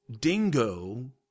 dingo